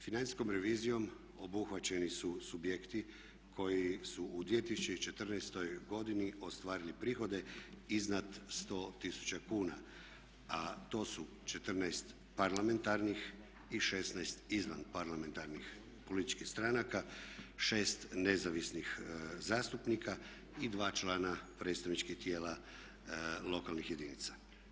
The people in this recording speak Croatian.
Financijskom revizijom obuhvaćeni su subjekti koji su u 2014. godini ostvarili prihode iznad 100 000 kuna, a to su 14 parlamentarnih i 16 izvan parlamentarnih političkih stranaka, 6 nezavisnih zastupnika i 2 člana predstavničkih tijela lokalnih jedinica.